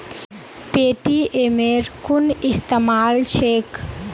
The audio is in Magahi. पेटीएमेर कुन इस्तमाल छेक